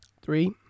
Three